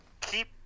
keep